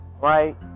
right